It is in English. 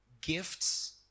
gifts